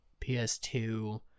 PS2